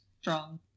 strong